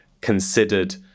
considered